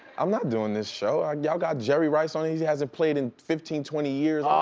i'm not doing this show. y'all got jerry rice on, he hasn't played in fifteen twenty years, um